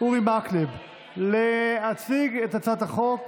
אורי מקלב להציג את הצעת החוק.